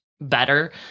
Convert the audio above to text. better